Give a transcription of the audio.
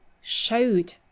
showed